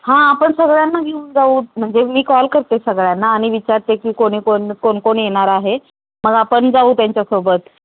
हां आपण सगळ्यांना घेऊन जाऊ म्हणजे मी कॉल करते सगळ्यांना आणि विचारते की कोणी कोण कोण कोण येणार आहे मग आपण जाऊ त्यांच्यासोबत